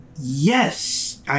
Yes